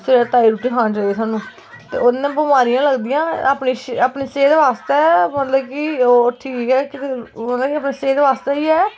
सवेरै ताज़ी रुट्टी खानी चाहिदी सानू ते ओह्दे ने बमारियां गै लगदियां अपने से अपने सेह्त बास्तै मतलब कि ओह् ठीक ऐ कि मतलब कि अपनी सेह्त बास्तै इ ऐ